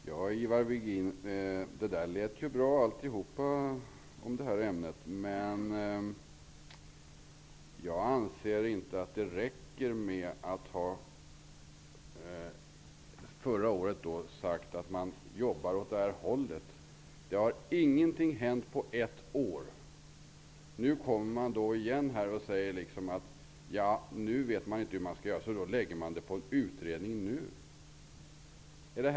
Herr talman! Allt detta lät ju bra, Ivar Virgin. Men jag anser inte att det räcker med att man förra året sade att man jobbar åt det här hållet. Ingenting har hänt på ett år. Nu säger man återigen att man inte vet vad som skall göras. En utredning tillsätts.